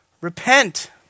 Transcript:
repent